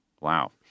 Wow